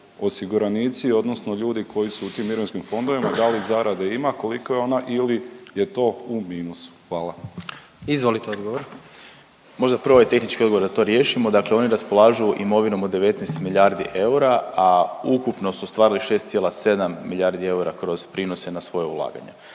osiguranici odnosno ljudi koji su u tim mirovinskim fondovima, da li zarade ima, kolika je ona ili je to u minusu. Hvala. **Jandroković, Gordan (HDZ)** Izvolite odgovor. **Vidiš, Ivan** Možda prvo ovaj tehnički odgovor da to riješimo. Dakle oni raspolažu imovinom od 19 milijardi eura, a ukupno su ostvarili 6,7 milijardi eura kroz prinose na svoja ulaganja.